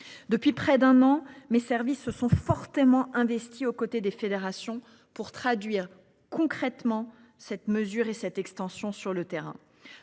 depuis près d'un an mais services se sont fortement investis aux côtés des fédérations pour traduire concrètement cette mesure et cette extension sur le terrain